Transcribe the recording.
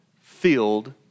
filled